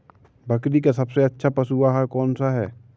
बकरी का सबसे अच्छा पशु आहार कौन सा है?